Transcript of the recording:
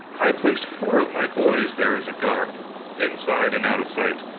i placed four of my boys there as a guard inside, and out of sight.